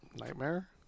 Nightmare